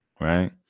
right